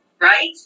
Right